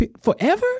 forever